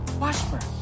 Washburn